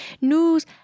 Nous